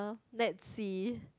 let's see